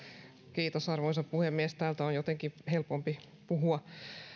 arvoisa puhemies täältä on jotenkin helpompi puhua